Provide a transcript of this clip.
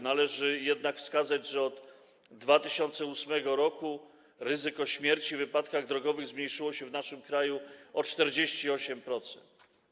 Należy jednak wskazać, że od 2008 r. ryzyko śmierci w wypadkach drogowych zmniejszyło się w naszym kraju o 48%.